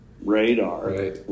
radar